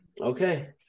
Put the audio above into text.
Okay